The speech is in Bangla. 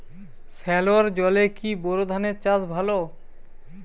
সেলোর জলে কি বোর ধানের চাষ ভালো?